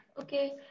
Okay